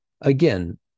Again